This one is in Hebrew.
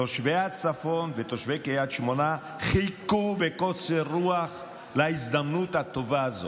תושבי הצפון ותושבי קריית שמונה חיכו בקוצר רוח להזדמנות הטובה הזאת.